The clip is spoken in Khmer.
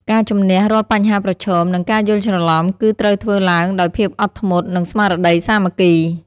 ការជម្នះរាល់បញ្ហាប្រឈម និងការយល់ច្រឡំ គឺត្រូវធ្វើឡើងដោយភាពអត់ធ្មត់ និងស្មារតីសាមគ្គី។